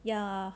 ya